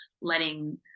letting